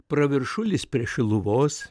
praviršulis prie šiluvos